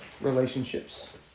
relationships